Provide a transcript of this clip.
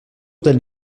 d’elle